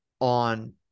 on